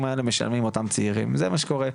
האלה משלמים אותם הצעירים וזה מה שקורה.